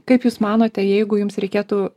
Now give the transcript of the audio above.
kaip jūs manote jeigu jums reikėtų